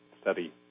study